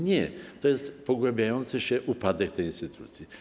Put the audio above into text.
Nie, to jest pogłębiający się upadek tej instytucji.